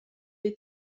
les